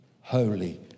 Holy